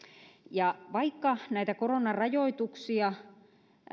ja vaikka näitä koronarajoituksia